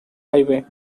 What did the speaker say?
highway